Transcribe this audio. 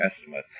estimates